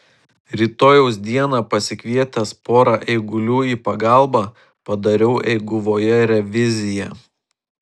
rytojaus dieną pasikvietęs pora eigulių į pagalbą padariau eiguvoje reviziją